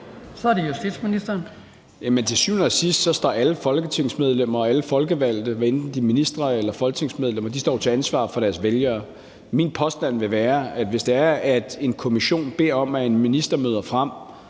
(Peter Hummelgaard): Jamen til syvende og sidst står alle folketingsmedlemmer og alle folkevalgte, hvad enten de er ministre eller folketingsmedlemmer, til ansvar for deres vælgere. Min påstand vil være, at hvis en kommission beder om, at en minister møder frem